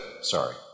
sorry